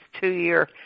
two-year